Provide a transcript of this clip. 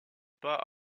pas